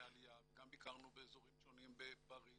העלייה וגם ביקרנו באזורים שונים בפריז